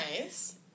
nice